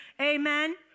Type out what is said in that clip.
amen